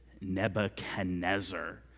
Nebuchadnezzar